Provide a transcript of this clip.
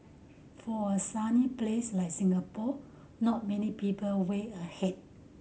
for a sunny place like Singapore not many people wear a hat